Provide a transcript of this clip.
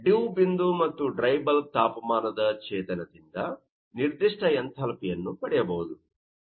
dew ಬಿಂದು ಮತ್ತು dry bulb ತಾಪಮಾನದ ಛೇದನದಿಂದ ನಿರ್ದಿಷ್ಟ ಎಂಥಾಲ್ಪಿಯನ್ನು ಪಡೆಯಬಹುದು